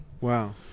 Wow